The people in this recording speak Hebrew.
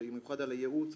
במיוחד על הייעוץ,